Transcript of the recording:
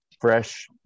Fresh